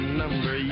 number